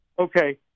Okay